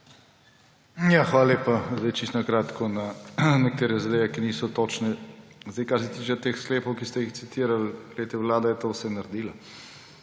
Hvala lepa. Čisto na kratko na nekatere zadeve, ki niso točne. Kar se tiče teh sklepov, ki ste jih citirali. Vlada je to vse naredila.